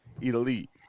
elite